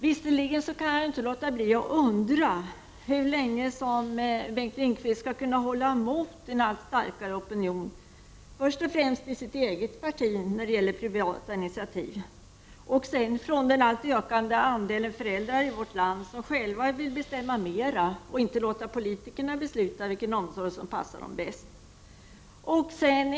Jag kan inte låta bli att undra hur länge Bengt Lindqvist skall kunna stå emot en allt starkare opinion när det gäller privata alternativ, först och främst inom det egna partiet men också från den alltmer ökande andelen föräldrar i vårt land som själva vill bestämma mera och inte låta politikerna besluta vilken omsorg som passar dem bäst.